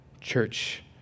Church